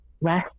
rest